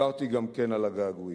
דיברתי גם כן על הגעגועים,